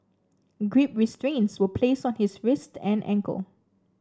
grip restraints were placed on his wrists and ankles